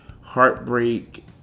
heartbreak